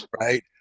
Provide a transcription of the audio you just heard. right